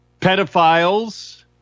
pedophiles